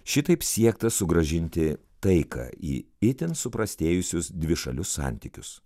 šitaip siekta sugrąžinti taiką į itin suprastėjusius dvišalius santykius